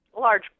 large